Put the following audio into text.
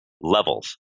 levels